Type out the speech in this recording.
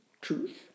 truth